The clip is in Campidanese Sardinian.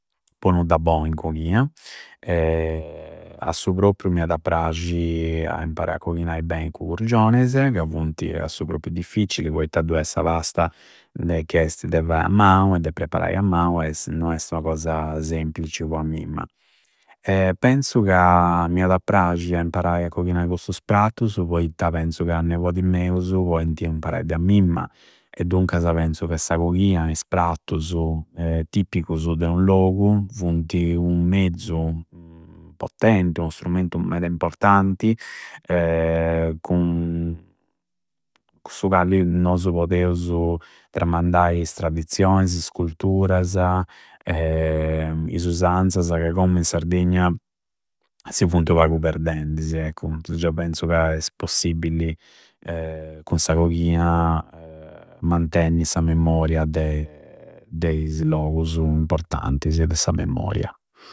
Po nudda bou in coghia a su propriu m'ada prasci a imparai a coghinai bei i cugurgionese, ca funti a su propriu difficili poitta du è sa pasta che esti de fai a mau e de preparai a mau e non esti ua cosa semplici po a mimma. Penzu ca m'iada a prasci a imparai a cochinai custus prattusu, poitta penzu ca i nepodis meusu poiniti imparai de a mimma e duncasa penzu che sa coghina e is prattusu tipicusu de u logu funti u pezzu potenti e unu stumentu meda importanti cun su calli nosu podeusu tramandai is tradizionisi is culutrasa e is usanzasa ca commu in Sardegna si funti unu pagu perdendisi. Eccu, deu penzu ca es possibili cun sa coghina mantenni sa memoria de, de is logusu importantisi de sa memoria.